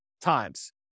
times